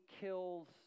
kills